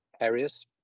areas